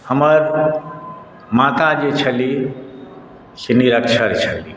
हमर माता जे छलीह से निरक्षर छलीह